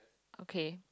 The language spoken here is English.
okay